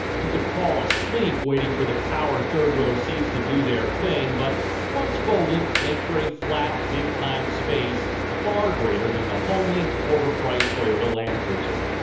you could fall asleep waiting for the power third row seats to do their thing but once folded make for a flat, big time space far greater than the homely, overpriced toyota land cruiser.